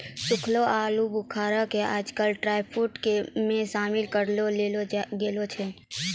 सूखलो आलूबुखारा कॅ आजकल ड्रायफ्रुट मॅ शामिल करी लेलो गेलो छै